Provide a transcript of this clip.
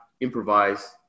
improvise